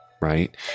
right